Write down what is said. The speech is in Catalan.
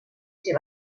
ser